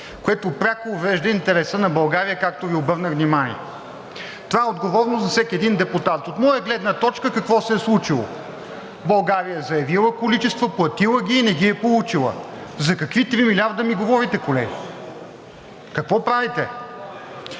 което пряко уврежда интереса на България, както Ви обърнах внимание. Това е отговорно за всеки един депутат. От моя гледна точка какво се е случило? България е заявила количества, платила ги е и не ги е получила. За какви 3 милиарда ми говорите, колеги? Какво правите?